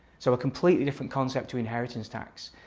so a completely different concept to inheritance tax.